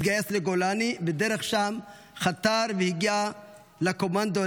התגייס לגולני ושם חתר והגיע לקומנדו,